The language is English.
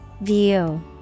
View